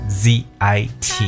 zit